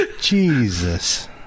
jesus